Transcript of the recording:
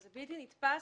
זה בלתי נתפס.